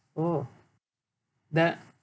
oh that